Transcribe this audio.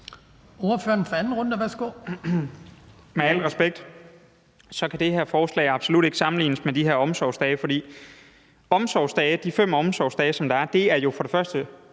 Med al respekt kan det her forslag absolut ikke sammenlignes med de her omsorgsdage. For de 5 omsorgsdage, der er, er jo for det første